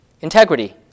Integrity